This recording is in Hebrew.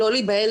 לא להיבהל,